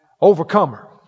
Overcomer